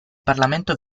parlamento